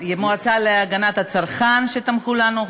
למועצה להגנת הצרכן שתמכו בנו,